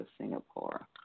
Singapore